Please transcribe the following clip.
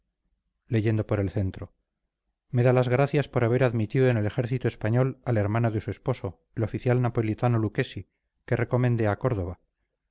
el centro me da las gracias por haber admitido en el ejército español al hermano de su esposo el oficial napolitano lucchesi que recomendé a córdoba